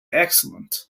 excellent